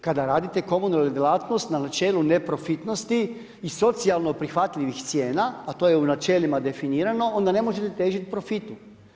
Kada radite u komunalnoj djelatnosti na načelu neprofitnosti i socijalno prihvatljivih cijena, a to je u načelima definirano, onda ne možete težiti profitu.